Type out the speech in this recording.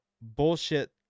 bullshit